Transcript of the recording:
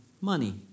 money